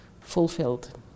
fulfilled